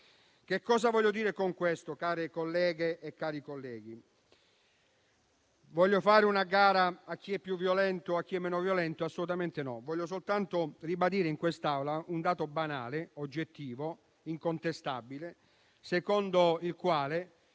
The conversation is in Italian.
Cosa voglio dire con questo, care colleghe e cari colleghi? Voglio fare una gara per stabilire chi è più violento e chi è meno violento? Assolutamente no. Voglio soltanto ribadire in quest'Aula un dato banale, oggettivo, incontestabile, secondo il quale